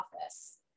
office